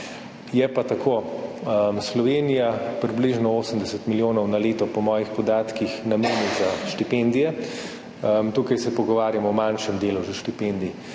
Je pa tako, Slovenija približno 80 milijonov na leto, po mojih podatkih, nameni za štipendije. Tukaj se pogovarjamo o manjšem deležu štipendij.